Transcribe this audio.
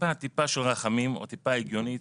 של רחמים או טיפה היגיון.